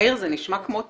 מאיר, זה נשמע כמו תרמית.